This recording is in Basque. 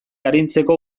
arintzeko